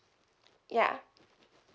ya